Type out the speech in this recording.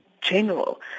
general